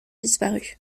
disparu